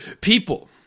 people